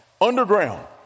underground